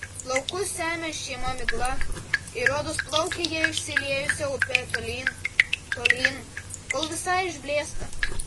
laukus semia šėma migla ir rodos plaukia jie išsiliejusia upe tolyn tolyn kol visai išblėsta